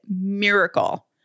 miracle